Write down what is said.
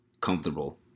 Comfortable